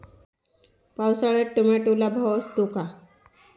पावसाळ्यात टोमॅटोला भाव असतो का?